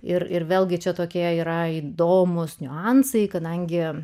ir ir vėlgi čia tokie yra įdomūs niuansai kadangi